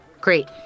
Great